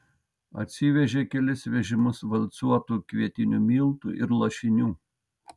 atsivežė kelis vežimus valcuotų kvietinių miltų ir lašinių